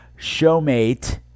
showmate